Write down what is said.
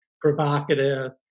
provocative